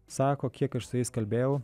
sako kiek aš su jais kalbėjau